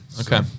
okay